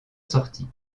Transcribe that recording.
sortie